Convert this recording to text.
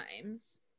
times